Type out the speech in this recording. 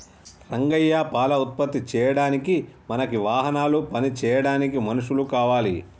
రంగయ్య పాల ఉత్పత్తి చేయడానికి మనకి వాహనాలు పని చేయడానికి మనుషులు కావాలి